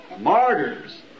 Martyrs